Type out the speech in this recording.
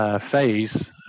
Phase